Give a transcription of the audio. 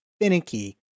finicky